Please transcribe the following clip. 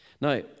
Now